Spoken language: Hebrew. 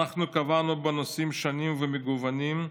אנחנו קבענו, בנושאים שונים ומגוונים,